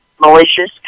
malicious